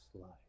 life